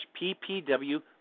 PPW